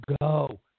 go